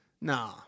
Nah